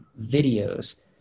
videos